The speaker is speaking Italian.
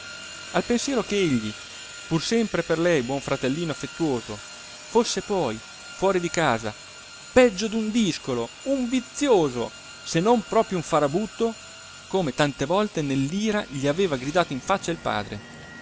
al pensiero che egli pur sempre per lei buon fratellino affettuoso fosse poi fuori di casa peggio che un discolo un vizioso se non proprio un farabutto come tante volte nell'ira gli aveva gridato in faccia il padre